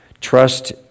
Trust